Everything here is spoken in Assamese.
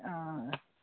অঁ